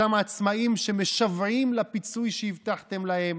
אותם עצמאים שמשוועים לפיצוי שהבטחתם להם.